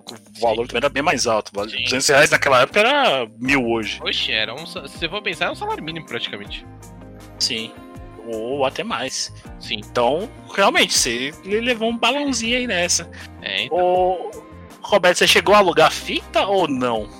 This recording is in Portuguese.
O valor Sim. era bem mais alto, vale- Sim. R$ 200 naquela época era mil hoje. Oxe, era um sa- se você for pensar, é um salário mínimo, praticamente. Sim. Ou até mais. Sim. Então, realmente, cê levou um balãozinho aí nessa. É, então. Ô, Roberto, cê chegou a alugar fita ou não?